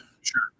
Sure